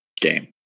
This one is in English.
game